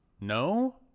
No